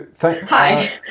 Hi